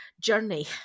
journey